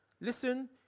listen